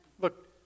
Look